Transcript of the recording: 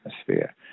atmosphere